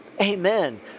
amen